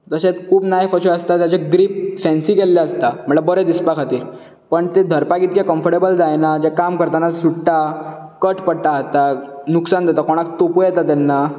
तशेंच खूब नायफ अश्यो आसतात जाच्यो ग्रीप फेन्सी केल्ले आसता म्हणजे बरें दिसपाक खातीर पण ती धरपाक इतली कंम्फर्टेबल जायना जांव काम करताना सुट्टा कट पडटा हाताक नुकसान जाता कोणाक तोपूं येता तेन्ना